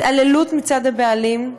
התעללות מצד הבעלים.